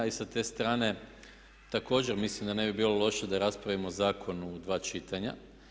Sa te strane također mislim da ne bi bilo loše da raspravimo zakon u dva čitanja.